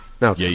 Now